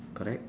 correct